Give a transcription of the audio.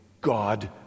God